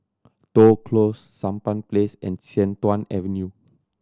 Toh Close Sampan Place and Sian Tuan Avenue